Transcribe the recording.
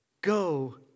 Go